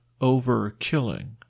overkilling